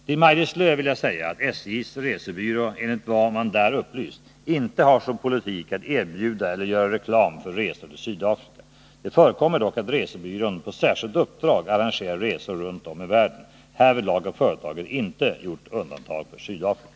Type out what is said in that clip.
Till Maj-Lis Lööw vill jag säga att SJ:s resebyrå, enligt vad man där upplyst, inte har som politik att erbjuda eller göra reklam för resor till Sydafrika. Det förekommer dock att resebyrån på särskilt uppdrag arrangerar resor runt om i världen. Härvidlag har företaget inte gjort undantag för Sydafrika.